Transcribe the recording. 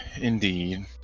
Indeed